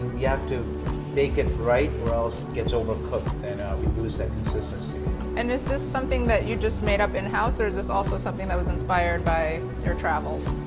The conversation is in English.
yeah have to bake it right or else it gets overcooked and we lose that consistency and is this something that you just made up in-house, or is this also something that was inspired by your travels?